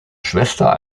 schwester